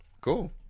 cool